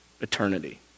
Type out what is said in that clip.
eternity